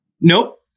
Nope